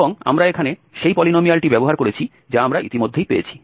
এবং আমরা এখানে সেই পলিনোমিয়ালটি ব্যবহার করেছি যা আমরা ইতিমধ্যেই পেয়েছি